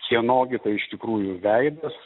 kieno gi tai iš tikrųjų veidas